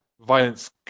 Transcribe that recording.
violence